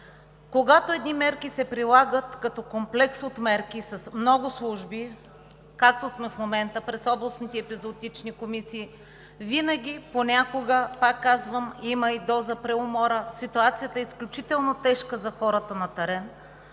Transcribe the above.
Когато едни мерки се прилагат като комплекс от мерки с много служби, както сме в момента – през областните епизоотични комисии, винаги понякога, пак казвам, има и доза преумора. Ситуацията е изключително тежка за хората на терен.